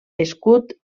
escut